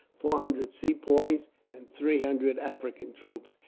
four hundred sepoys, and three hundred african troops,